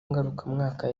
ngarukamwaka